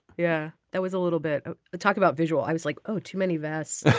yeah that was a little bit talked about visual. i was like oh too many vests.